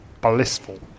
blissful